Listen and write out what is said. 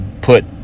put